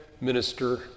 minister